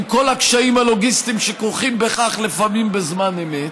עם כל הקשיים הלוגיסטיים שכרוכים בכך לפעמים בזמן אמת,